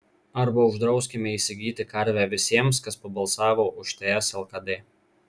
arba uždrauskime įsigyti karvę visiems kas pabalsavo už ts lkd